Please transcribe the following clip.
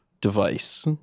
device